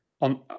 on